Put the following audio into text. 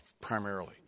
primarily